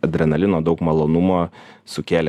adrenalino daug malonumo sukėlė